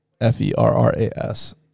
F-E-R-R-A-S